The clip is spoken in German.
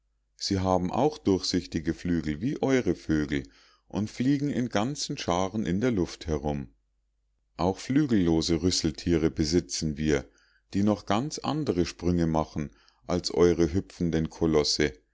sie haben auch durchsichtige flügel wie eure vögel und fliegen in ganzen schaaren in der luft herum auch flügellose rüsseltiere besitzen wir die noch ganz andere sprünge machen als eure hüpfenden kolosse